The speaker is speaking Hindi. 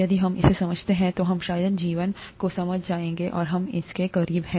यदि हम इसे समझते हैं तो हम शायद जीवन को समझ गए हैं और हम इसके करीब हैं